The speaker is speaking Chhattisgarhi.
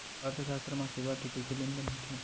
अर्थशास्त्र मा सेवा के कइसे लेनदेन होथे?